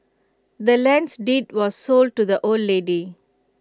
the land's deed was sold to the old lady